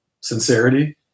sincerity